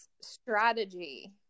strategy